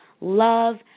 love